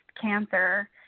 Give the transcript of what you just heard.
cancer